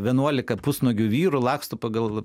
vienuolika pusnuogių vyrų laksto pagal